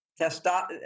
testosterone